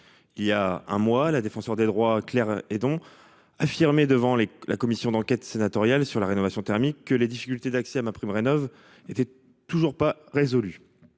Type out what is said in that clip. Il y a un mois, la défenseure des droits Claire Hédon. Affirmé devant les. La commission d'enquête sénatoriale sur la rénovation thermique que les difficultés d'accès à ma prime Rénov'était toujours pas résolu.